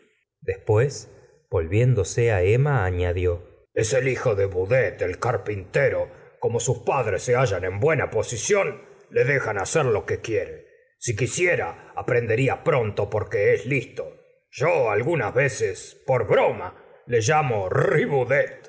después volviéndose emma añadió es el hijo de boudet el carpintero como sus padres se hallan en buena posición le dejan hacer lo que quiere si quisiera aprenderia pronto porque es listo yo algunas veces per broma le llamo